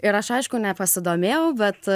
ir aš aišku nepasidomėjau bet